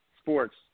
sports